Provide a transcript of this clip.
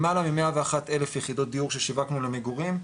למעלה מ-101 אלף יחידות דיור ששיווקנו למגורים,